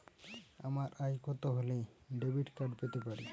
আমার আয় কত হলে ডেবিট কার্ড পেতে পারি?